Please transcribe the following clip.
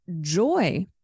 joy